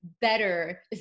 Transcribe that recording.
better